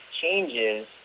changes